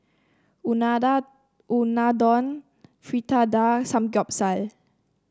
Unadon Fritada Samgyeopsal